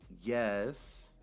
Yes